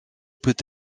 peut